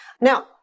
Now